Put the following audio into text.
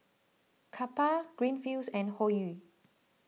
Kappa Greenfields and Hoyu